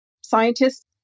scientists